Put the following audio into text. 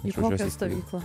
į kokią stovyklą